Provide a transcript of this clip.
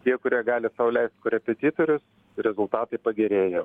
tie kurie gali sau leist korepetitorius rezultatai pagerėja